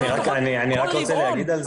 אני רק רוצה להגיב על זה.